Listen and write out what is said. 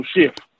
shift